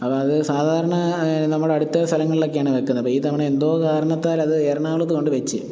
അപ്പം അത് സാധാരണ നമ്മുടെ അടുത്ത സ്ഥലങ്ങളിലൊക്കെയാണ് വയ്ക്കുന്നത് അപ്പം ഇത്തവണ എന്തോ കാരണത്താൽ അത് എറണാകുളത്ത് കൊണ്ടു വച്ചു